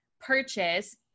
purchase